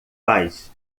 faz